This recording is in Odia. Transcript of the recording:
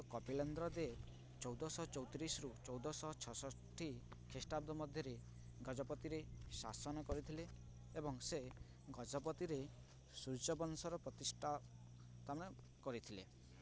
କପିଳେନ୍ଦ୍ର ଦେବ ଚଉଦଶହ ଚଉତିରିଶରୁ ଚଉଦଶହ ଛଅଷଠି ଖ୍ରୀଷ୍ଟାବ୍ଦ ମଧ୍ୟରେ ଗଜପତିରେ ଶାସନ କରିଥିଲେ ଏବଂ ସେ ଗଜପତିରେ ସୂର୍ଯ୍ୟବଂଶର ପ୍ରତିଷ୍ଠାତାନ କରିଥିଲେ